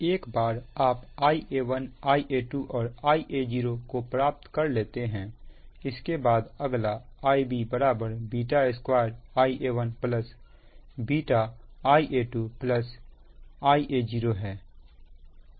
एक बार आप Ia1 Ia2 और Ia0 को प्राप्त कर लेते हैं इसके बाद अगला Ib β2 Ia1 βIa2 Ia0 है